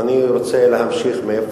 לא משנה, אה, נו,